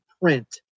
print